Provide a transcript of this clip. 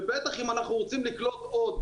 ובטח אם אנחנו רוצים לקלוט עוד,